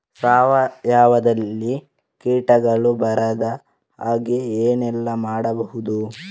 ಸಾವಯವದಲ್ಲಿ ಕೀಟಗಳು ಬರದ ಹಾಗೆ ಏನೆಲ್ಲ ಮಾಡಬಹುದು?